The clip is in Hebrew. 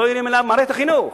שלא תיאמן, במערכת החינוך: